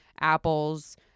apples